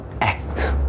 act